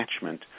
attachment